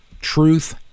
truth